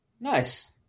Nice